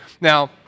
Now